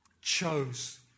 chose